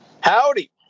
Howdy